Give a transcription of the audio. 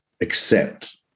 accept